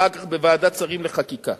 ואחר כך בוועדת שרים לחקיקה.